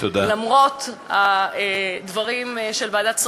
למרות הדברים של ועדת השרים,